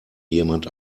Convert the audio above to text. jemand